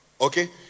Okay